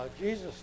Jesus